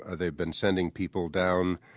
ah they've been sending people down.